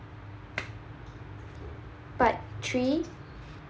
part three